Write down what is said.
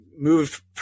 moved